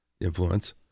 influence